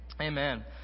Amen